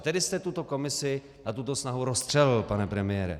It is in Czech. Tedy jste tuto komisi a tuto snahu rozstřelil, pane premiére.